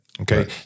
Okay